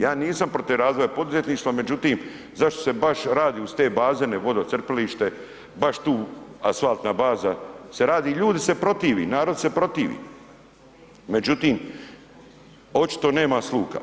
Ja nisam protiv razvoja poduzetništva, međutim zašto se baš radi uz te bazene vodocrpilišta, baš tu asfaltna baza se radi i ljudi se protive, narod se protivi, međutim očito nema sluha.